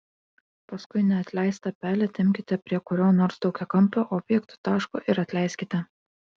paskui neatleistą pelę tempkite prie kurio nors daugiakampio objekto taško ir atleiskite